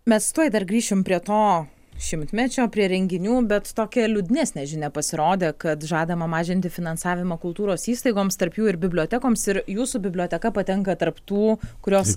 mes tuoj dar grįšim prie to šimtmečio prie renginių bet tokia liūdnesnė žinia pasirodė kad žadama mažinti finansavimą kultūros įstaigoms tarp jų ir bibliotekoms ir jūsų biblioteka patenka tarp tų kurios